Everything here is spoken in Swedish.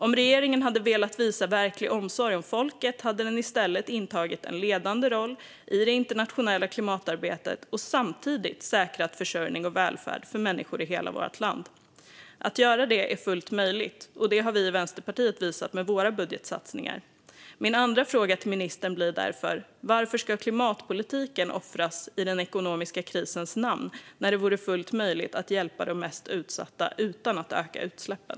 Om regeringen hade velat visa verklig omsorg om folket hade den i stället intagit en ledande roll i det internationella klimatarbetet och samtidigt säkrat försörjning och välfärd för människor i hela vårt land. Det vore fullt möjligt att göra det, och det har vi i Vänsterpartiet visat med våra budgetsatsningar. Min andra fråga till ministern blir därför: Varför ska klimatpolitiken offras i den ekonomiska krisens namn när det vore fullt möjligt att hjälpa de mest utsatta utan att öka utsläppen?